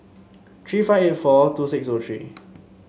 three five eight four two six zero three